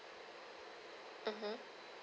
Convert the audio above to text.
mmhmm